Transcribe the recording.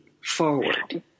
forward